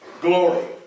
glory